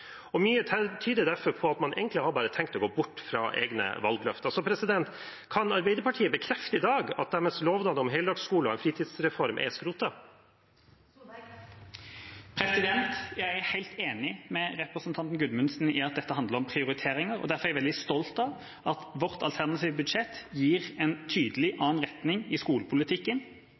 tyder derfor på at man egentlig bare har tenkt å gå bort fra egne valgløfter. Kan Arbeiderpartiet i dag bekrefte at deres lovnad om heltidsskole og fritidsreform er skrotet? Jeg er helt enig med representanten Gudmundsen i at dette handler om prioriteringer. Derfor er jeg veldig stolt av at vårt alternative budsjett gir en tydelig annen retning i skolepolitikken